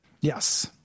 Yes